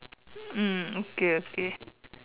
mm okay okay